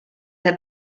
had